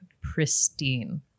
pristine